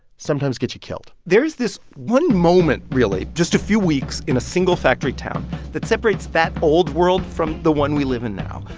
sometimes get you killed there is this one moment really, just a few weeks in a single factory town that separates that old world from the one we live in now.